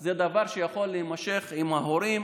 זה דבר שיכול להימשך עם ההורים